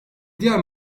diğer